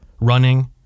Running